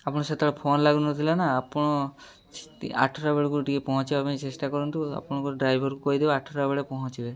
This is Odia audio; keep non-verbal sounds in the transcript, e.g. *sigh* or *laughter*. ଆପଣ ସେତେବେଳେ ଫୋନ୍ ଲାଗୁନଥିଲା ନା ଆପଣ *unintelligible* ଆଠଟା ବେଳକୁ ଟିକେ ପହଞ୍ଚାଇବା ପାଇଁ ଚେଷ୍ଟା କରନ୍ତୁ ଆପଣଙ୍କ ଡ୍ରାଇଭର୍କୁ କହିଦେବେ ଆଠଟା ବେଳେ ପହଞ୍ଚିବେ